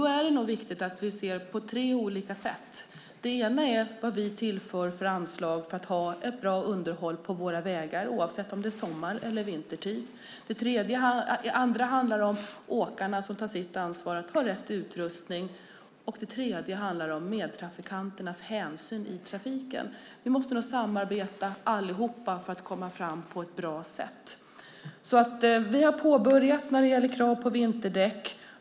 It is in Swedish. Då är det nog viktigt att se detta på tre olika sätt: För det första handlar det om att se på vilka anslag vi tillför för att ha ett bra underhåll av våra vägar, oavsett om det är sommartid eller om det är vintertid. För det andra handlar det om att åkarna tar sitt ansvar för att ha rätt utrustning. För det tredje handlar det om medtrafikanternas hänsynstagande i trafiken. Allihop måste vi nog samarbeta för att komma fram på ett bra sätt. Vi har alltså en början när det gäller krav på vinterdäck.